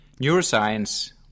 Neuroscience